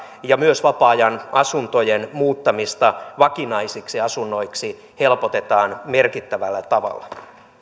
ja myös vapaa ajanasuntojen muuttamista vakinaisiksi asunnoiksi helpotetaan merkittävällä tavalla